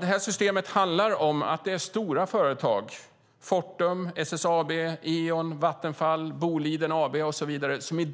Det här systemet handlar om att det är stora företag - Fortum, SSAB, Eon, Vattenfall, Boliden AB och så vidare som